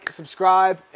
subscribe